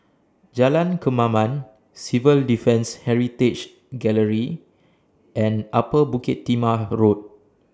Jalan Kemaman Civil Defence Heritage Gallery and Upper Bukit Timah Road